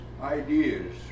ideas